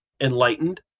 enlightened